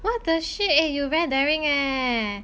what the shit eh you very daring leh